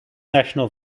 national